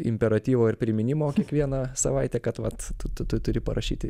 imperatyvo ir priminimo kiekvieną savaitę kad vat tu tu turi parašyti